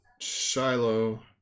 shiloh